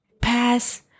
pass